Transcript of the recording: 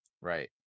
Right